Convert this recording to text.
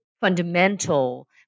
fundamental